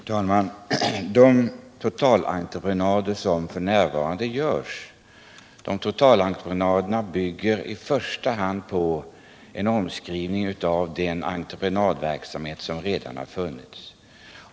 Herr talman! De totalentreprenader som f. n. avtalas bygger i första hand på en omskrivning av den entreprenadverksamhet som redan har funnits.